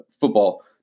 football